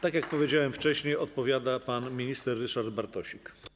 Tak jak powiedziałem wcześniej, odpowiada pan minister Ryszard Bartosik.